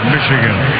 Michigan